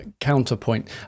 Counterpoint